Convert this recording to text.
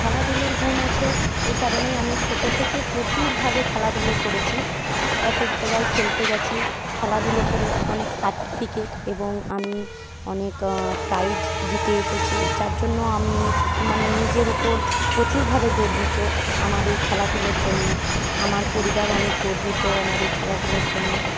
খেলাধুলোর গুণ আছে এই কারণেই আমি ছোটো থেকে প্রচুরভাবে খেলাধুলো করেছি এক এক জায়গায় খেলতে গেছি খেলাধুলো করে অনেক সার্টিফিকেট এবং আমি অনেক প্রাইজ জিতে এসেছি যার জন্য আমি মানে নিজের ওপর প্রচুরভাবে গর্বিত আমার এই খেলাধুলোর জন্য আমার পরিবার অনেক গর্বিত আমার এই খেলাধুলোর জন্য